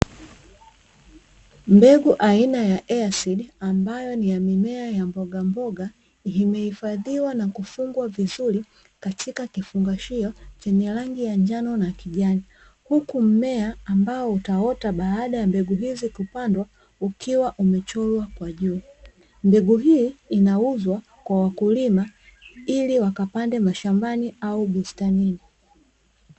Mbegu aina ya easidi, ambayo ni ya mimea ya mboga mboga imehifadhiwa na kufungwa vizuri katika kifungashio, chenye rangi ya njano na kijani, huku mmea ambao utaota baada ya mbegu hizi kupandwa ukiwa umechorwa kwa juu, mbegu hii inauzwa kwa wakulima ili wakapande mashambani au bustanini.